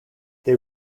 they